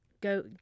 go